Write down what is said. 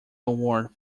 award